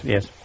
Yes